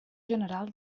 general